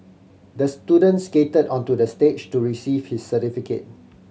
the student skated onto the stage to receive his certificate